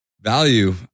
value